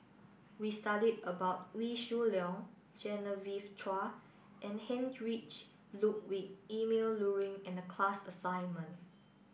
we studied about Wee Shoo Leong Genevieve Chua and Heinrich Ludwig Emil Luering in the class assignment